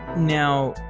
now,